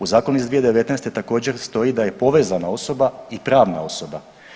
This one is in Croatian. U zakonu iz 2019. također stoji da je povezana osoba i pravna osoba.